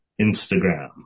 Instagram